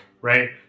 right